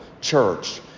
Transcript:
church